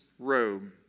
robe